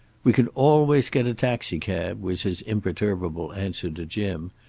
we can always get a taxicab, was his imperturbable answer to jim.